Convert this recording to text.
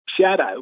shadow